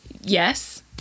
Yes